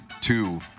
two